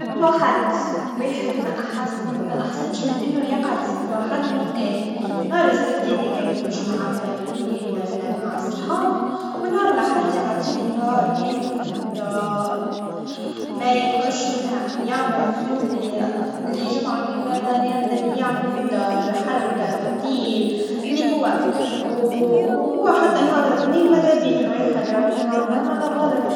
سبت وحد, واحد ما أحس- مأحسنش من إنه يقعد سبت وحد مرتاح, نهار السبت هذيكا يخرج مع العائلا, ولا مع الصحاب, ونهار الاحد يعديه نهار كامل في الدار, ما يخرجش منها, يعمل فيه اللي, اللي جمعا كاملا, ما نها ذا بيعملوا في الدار, حركا تطيب, اللي هوا, وهوا حتى نهار الاثنين, ماذا بيه الواحد راه تكون عطلا, الله غالب.